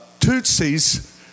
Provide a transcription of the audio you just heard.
Tutsis